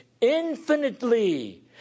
infinitely